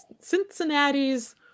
Cincinnati's